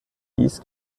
dies